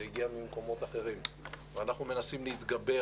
אלא זה הגיע ממקומות אחרים ואנחנו מנסים להתגבר